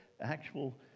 actual